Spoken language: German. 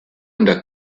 unter